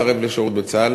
בשירות בצה"ל.